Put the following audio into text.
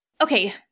Okay